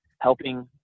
helping